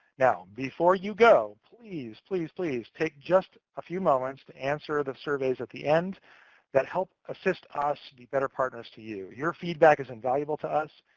now before you go, please, please, please take just a few moments to answer the surveys at the end that help assist us be better partners to you. your feedback is invaluable to us,